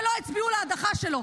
שלא הצביעו להדחה שלו.